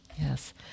Yes